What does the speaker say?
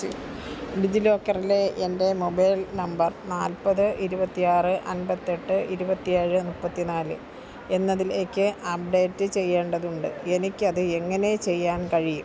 ഡിജിലോക്കറിലെ എൻ്റെ mobile number നാൽപ്പത് ഇരുപത്തി ആറ് അൻപത്തെട്ട് ഇരുപത്തി ഏഴ് മുപ്പത്തി നാല് എന്നതിലേക്ക് അപ്ഡേറ്റ് ചെയ്യേണ്ടതുണ്ട് എനിക്കത് എങ്ങനെ ചെയ്യാൻ കഴിയും